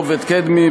עובד קדמי,